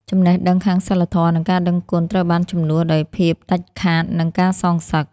ចំណេះដឹងខាងសីលធម៌ និងការដឹងគុណត្រូវបានជំនួសដោយភាពដាច់ខាត និងការសងសឹក។